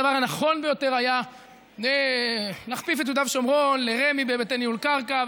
הדבר הנכון ביותר היה להכפיף את יהודה ושומרון לרמ"י בהיבטי ניהול קרקע,